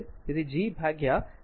તેથી G ભાગ્યા 10 2 0